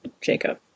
Jacob